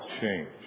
change